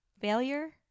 failure